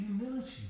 humility